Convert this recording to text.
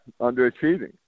underachieving